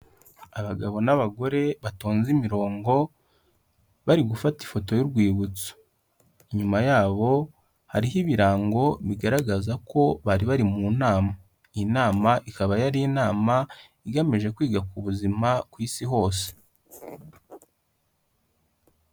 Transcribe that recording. Abagabo n'abagore batonze imirongo, bari gufata ifoto y'urwibutso, inyuma yabo hariho ibirango bigaragaza ko bari bari mu nama, iyi nama ikaba yari inama igamije kwiga ku buzima ku isi hose.